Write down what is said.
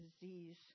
disease